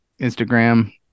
Instagram